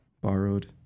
borrowed